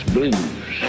Blues